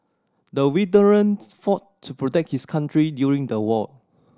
the veteran fought to protect his country during the war